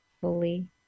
fully